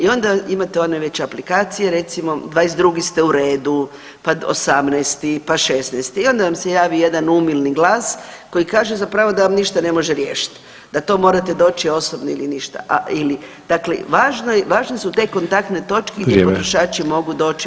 I onda imate već one aplikacije, recimo 22. ste u redu, pa 18., pa 16. i onda vam se javi jedan umilni glas koji kaže zapravo da vam ništa ne može riješit, da to morate doći osobno ili ništa, dakle važne su te kontaktne točke gdje potrošači mogu doći